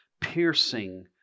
piercing